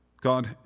God